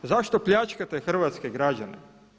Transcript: Zašto pljačkate hrvatske građane?